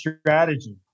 strategy